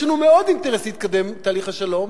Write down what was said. יש לנו מאוד אינטרס להתקדם עם תהליך השלום,